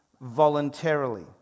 voluntarily